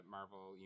Marvel